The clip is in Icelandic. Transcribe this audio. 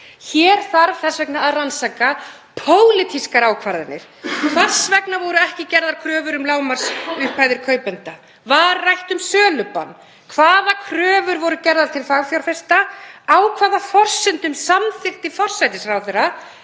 Hér þarf þess vegna að rannsaka pólitískar ákvarðanir: Hvers vegna voru ekki gerðar kröfur um lágmarksupphæðir kaupenda? Var rætt um sölubann? Hvaða kröfur voru gerðar til fagfjárfesta? Á hvaða forsendum samþykkti forsætisráðherra